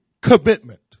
commitment